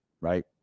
right